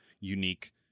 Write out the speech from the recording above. unique